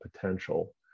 potential